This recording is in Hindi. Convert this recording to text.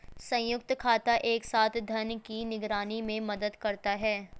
संयुक्त खाता एक साथ धन की निगरानी में मदद करता है